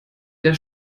der